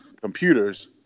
computers